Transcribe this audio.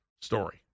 story